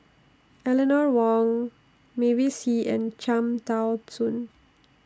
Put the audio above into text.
Eleanor Wong Mavis Hee and Cham Tao Soon